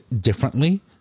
differently